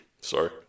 sorry